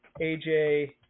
AJ